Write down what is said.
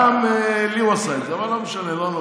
גם לי הוא עשה את זה, אבל לא משנה, לא נורא.